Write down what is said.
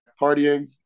partying